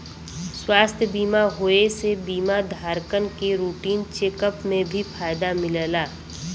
स्वास्थ्य बीमा होये से बीमा धारकन के रूटीन चेक अप में भी फायदा मिलला